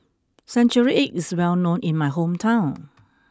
century egg is well known in my hometown